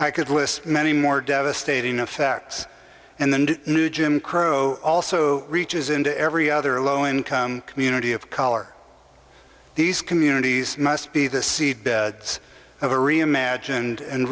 i could list many more devastating effects and the new jim crow also reaches into every other low income community of color these communities must be the seed beds of a